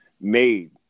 made